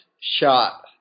shot